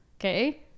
okay